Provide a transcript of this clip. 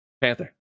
Panther